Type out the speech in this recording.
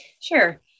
Sure